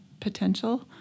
Potential